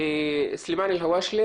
הואשלה